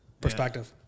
Perspective